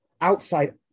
outside